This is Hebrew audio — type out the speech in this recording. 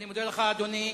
אני מודה לך, אדוני.